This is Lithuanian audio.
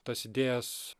tas idėjas